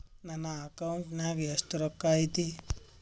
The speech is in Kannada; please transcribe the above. ನನ್ನ ಅಕೌಂಟ್ ನಾಗ ಎಷ್ಟು ರೊಕ್ಕ ಐತಿ?